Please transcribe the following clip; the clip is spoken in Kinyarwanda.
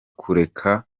kureka